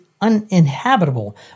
uninhabitable